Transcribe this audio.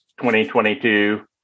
2022